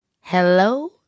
Hello